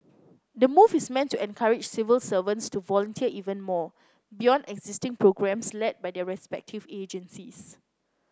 the move is meant to encourage civil servants to volunteer even more beyond existing programmes led by their respective agencies